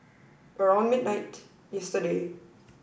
round midnight yesterday